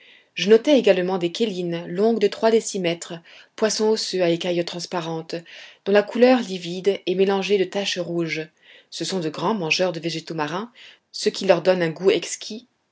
je notai également des cheilines longues de trois décimètres poissons osseux à écailles transparentes dont la couleur livide est mélangée de taches rouges ce sont de grands mangeurs de végétaux marins ce qui leur donne un goût exquis